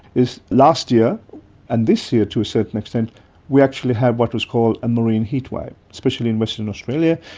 is last year and this year to a certain extent we actually had what was called a marine heatwave, especially in western australia.